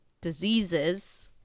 diseases